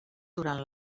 durant